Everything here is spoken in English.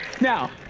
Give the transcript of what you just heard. Now